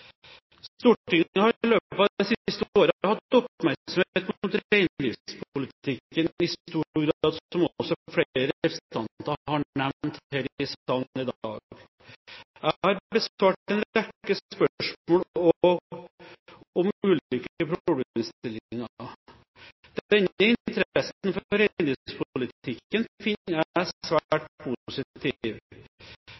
Stortinget har i løpet av det siste året i stor grad hatt oppmerksomheten rettet mot reindriftspolitikken, som også flere representanter har nevnt her i salen i dag. Jeg har besvart en rekke spørsmål om